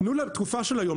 תנו לתקופה של היום,